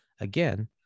Again